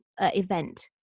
event